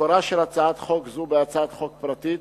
מקורה של הצעת חוק זו בהצעת חוק פרטית